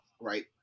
right